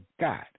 god